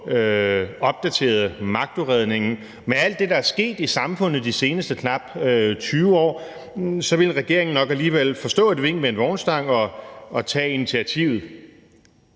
opdateret magtudredningen med alt det, der er sket i samfundet de seneste knap 20 år, så ville regeringen nok alligevel forstå et vink med en vognstang og tage initiativet.